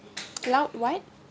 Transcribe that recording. loud what